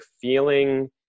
feeling